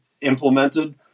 implemented